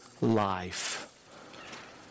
life